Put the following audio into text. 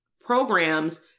programs